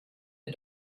der